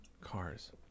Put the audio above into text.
Cars